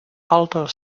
altar